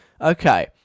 Okay